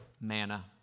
Manna